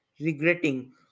regretting